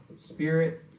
Spirit